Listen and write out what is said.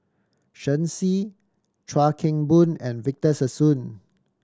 Shen Xi Chuan Keng Boon and Victor Sassoon